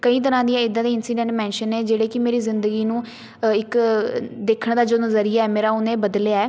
ਕਈ ਤਰ੍ਹਾਂ ਦੀਆਂ ਇੱਦਾਂ ਦੇ ਇੰਸੀਡੈਂਟ ਮੈਂਸ਼ਨ ਨੇ ਜਿਹੜੇ ਕਿ ਮੇਰੀ ਜ਼ਿੰਦਗੀ ਨੂੰ ਇੱਕ ਦੇਖਣ ਦਾ ਜਦੋਂ ਜ਼ਰੀਆ ਮੇਰਾ ਉਹਨੇ ਬਦਲਿਆ